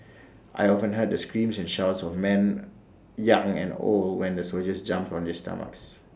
I often heard the screams and shouts of men young and old when the soldiers jumped on their stomachs